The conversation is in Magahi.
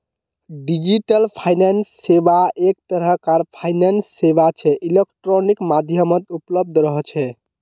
डिजिटल फाइनेंस सेवा एक तरह कार फाइनेंस सेवा छे इलेक्ट्रॉनिक माध्यमत उपलब्ध रह छे